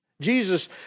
Jesus